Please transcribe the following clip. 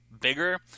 bigger